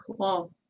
Cool